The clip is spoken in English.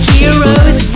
Heroes